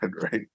right